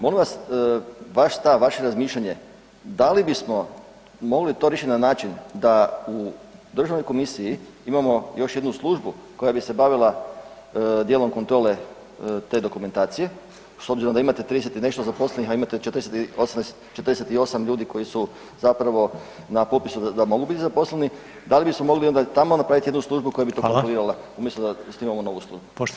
Molim vas vaš stav, vaše razmišljanje da li bismo mogli to riješiti na način da u državnoj komisiji imamo još jednu službu koja bi se bavila djelom kontrole te dokumentacije s obzirom da imate 30 i nešto zaposlenih, a imate 48 ljudi koji su zapravo na popisu da mogu biti zaposleni, da li bismo mogli onda i tamo napraviti jednu službu koja [[Upadica: Hvala.]] bi to kontrolirala umjesto da osnivamo novu službu?